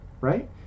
right